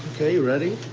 ok, you ready?